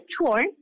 tour